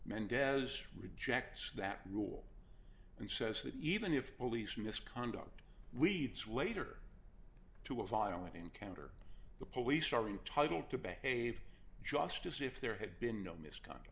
mendez rejects that rule and says that even if police misconduct weeds later to a violent encounter the police are entitled to behave just as if there had been no mis